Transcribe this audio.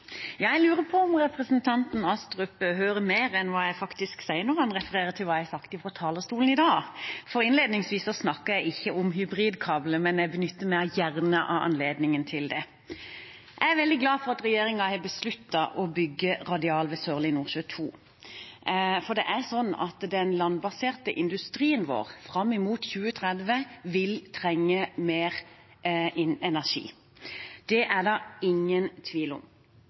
Astrup hører mer enn hva jeg faktisk sier, når han refererer til hva jeg har sagt fra talerstolen i dag. For innledningsvis snakket jeg ikke om hybridkabler, men jeg benytter meg gjerne av anledningen til det. Jeg er veldig glad for at regjeringen har besluttet å bygge radial ved Sørlige Nordsjø 2, for den landbaserte industrien vår fram mot 2030 vil trenge mer energi. Det er det ingen tvil om.